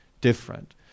different